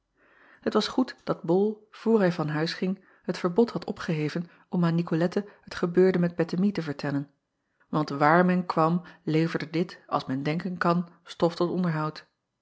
et was goed dat ol voor hij van huis ging het verbod had opgeheven om aan icolette het gebeurde met ettemie te vertellen want waar men kwam leverde dit als men denken kan stof tot onderhoud